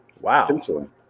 Wow